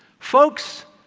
folks,